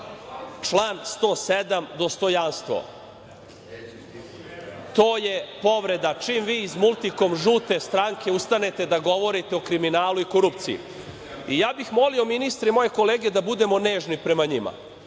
Član 107. dostojanstvo. To je povreda čim vi iz „Multikom“ žute stranke ustanete da govorite o kriminalu i korupciji. Molio bih ministre i moje kolege da budemo nežni prema njima,